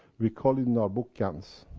we call it in our book, gans.